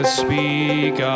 speak